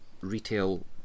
retail